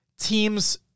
teams